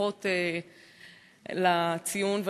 ברכות לציון היום,